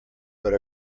but